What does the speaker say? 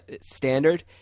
standard